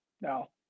No